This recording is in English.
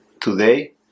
today